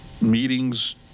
meetings